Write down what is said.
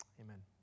Amen